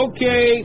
Okay